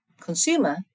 consumer